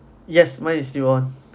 yes mine is still on